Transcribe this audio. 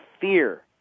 fear